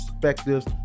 perspectives